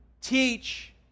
teach